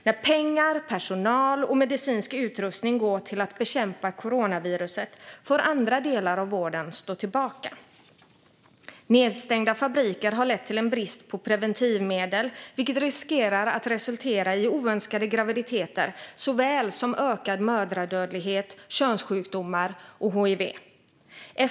När pengar, personal och medicinsk utrustning går till att bekämpa coronaviruset får andra delar av vården stå tillbaka. Nedstängda fabriker har lett till en brist på preventivmedel, vilket riskerar att resultera i oönskade graviditeter såväl som ökad mödradödlighet, könssjukdomar och hiv.